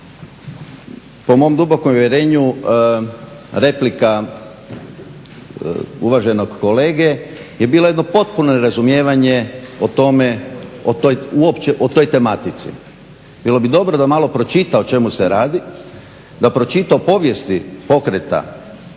Po mom dubokom uvjerenju replika uvaženog kolege je bila jedno potpuno nerazumijevanje uopće o toj tematici. Bilo bi dobro da malo pročita o čemu se radi, da pročita o povijesti pokreta,